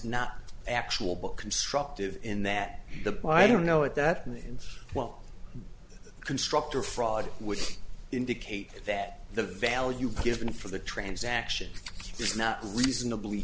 not actual book constructive in that the i don't know what that means well constructor fraud would indicate that the value given for the transaction is not reasonabl